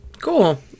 Cool